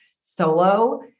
solo